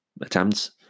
attempts